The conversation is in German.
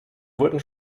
wurden